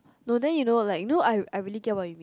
no then you know like you know I I really get what you mean